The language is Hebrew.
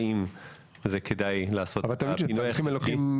האם כדאי לעשות את הפינוי החלקי.